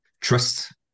trust